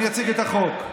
אני אציג את החוק.